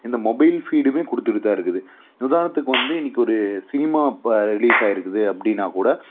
இந்த மொபைல் ப்ரீடமே கொடுத்துட்டு தான் இருக்குது உதாரணத்துக்கு வந்து இன்றைக்கு ஒரு சினிமா ப ரிலீஸ் ஆயிருக்குது அப்படின்னா கூட